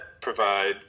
provide